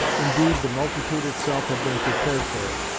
indeed the multitude itself had been prepared for it,